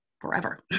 forever